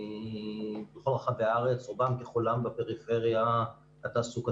בכל רחבי הארץ, רובן ככולן בפריפריה התעסוקתית.